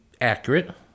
accurate